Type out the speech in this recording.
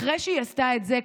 אחרי שהיא עשתה את זה,